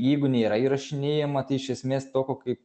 jeigu nėra įrašinėjama tai iš esmės tokio kaip